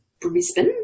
Brisbane